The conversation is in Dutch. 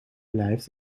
blijft